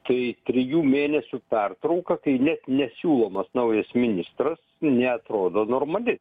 tai trijų mėnesių pertrauka kai net nesiūlomas naujas ministras neatrodo normali